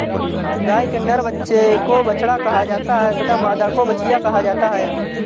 गाय के नर बच्चे को बछड़ा कहा जाता है तथा मादा को बछिया कहा जाता है